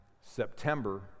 September